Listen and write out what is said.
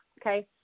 Okay